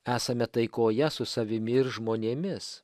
esame taikoje su savimi ir žmonėmis